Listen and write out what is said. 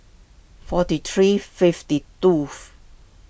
forty three fifty tooth